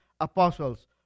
apostles